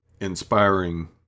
inspiring